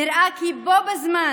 נראה כי בו בזמן